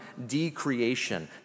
decreation